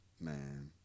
Man